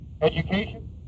education